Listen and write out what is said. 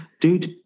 dude